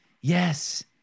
Yes